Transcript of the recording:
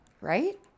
right